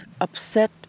upset